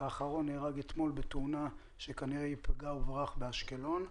האחרון נהרג אתמול בתאונה שכנראה היא פגע וברח באשקלון.